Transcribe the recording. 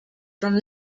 from